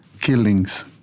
killings